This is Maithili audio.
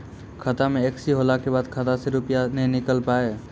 खाता मे एकशी होला के बाद खाता से रुपिया ने निकल पाए?